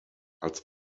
als